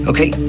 Okay